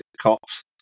cops